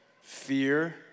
Fear